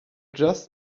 just